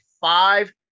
five